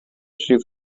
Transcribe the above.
she